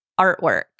artwork